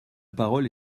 parole